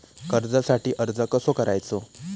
कर्जासाठी अर्ज कसो करायचो?